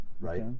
Right